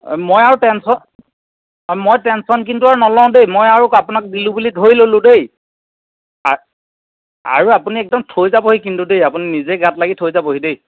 অঁ মই আৰু টেনশ্যন অঁ মই টেনশ্যন কিন্তু আৰু নলওঁ দেই মই আৰু আপোনাক দিলোঁ বুলি ধৰি ল'লোঁ দেই আৰু আপুনি একদম থৈ যাবহি কিন্তু দেই আপুনি নিজেই গাত লাগি থৈ যাবহি দেই